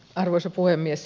arvoisa puhemies